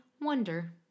Wonder